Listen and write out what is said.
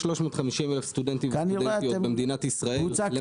יש 350,000 סטודנטים במדינת ישראל.